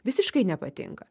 visiškai nepatinka